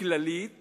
כללית